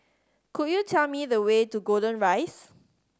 could you tell me the way to Golden Rise